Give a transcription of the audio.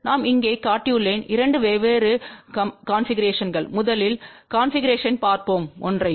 நான் இங்கே காட்டியுள்ளேன் 2 வெவ்வேறு கன்பிகுரேஷன்வுகள் முதலில் கன்பிகுரேஷன்வைப் பார்ப்போம் 1